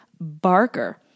Barker